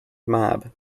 mab